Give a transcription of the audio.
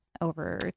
over